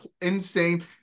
insane